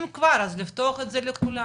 אם כבר אז לפתוח את זה לכולם.